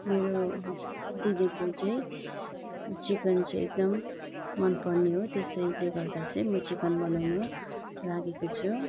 मेरो दिदीको चाहिँ चिकन चाहिँ एकदम मन पर्ने हो त्यसैले गर्दा चाहिँ म चिकन बनाउन लागेको छु